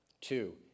Two